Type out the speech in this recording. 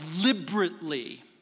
deliberately